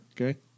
Okay